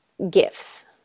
Gifts